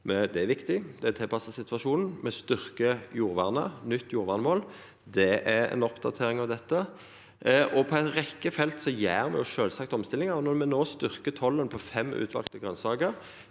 Det er viktig og er tilpassa situasjonen. Me styrkjer jordvernet og har eit nytt jordvernmål. Det er ei oppdatering av dette. På ei rekkje felt gjer me sjølvsagt omstillingar. Når me nå styrkjer tollen på fem utvalde grønsaker,